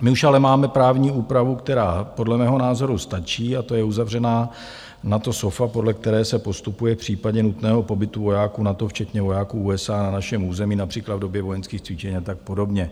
My už ale máme právní úpravu, která podle mého názoru stačí, a to je uzavřená NATO SOFA, podle které se postupuje v případě nutného pobytu vojáků NATO včetně vojáků USA na našem území například v době vojenských cvičení a tak podobně.